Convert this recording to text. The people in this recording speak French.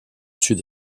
sud